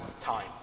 time